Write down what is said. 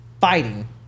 fighting